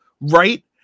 right